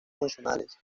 funcionales